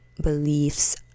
beliefs